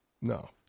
No